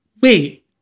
wait